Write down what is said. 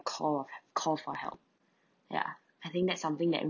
call of call for help ya I think that's something that